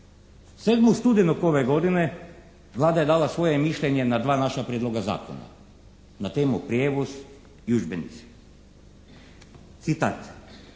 07. studenog ove godine Vlada je dala svoje mišljenje na dva naša prijedloga zakona na temu prijevoz i udžbenici. Citat: